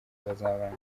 bazabana